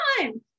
time